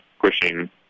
pushing